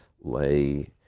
lay